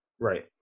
Right